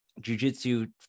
jujitsu